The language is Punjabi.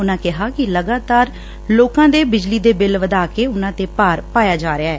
ਉਨੂਾਂ ਕਿਹਾ ਕਿ ਲਗਾਤਾਰ ਲੋਕਾਂ ਦੇ ਬਿਜਲੀ ਦੇ ਬਿੱਲ ਵਧਾ ਕੇ ਉਨ੍ਹਾਂ ਤੇ ਭਾਰ ਪਾਇਆ ਜਾ ਰਿਹੈ